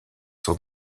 sont